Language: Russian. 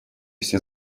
все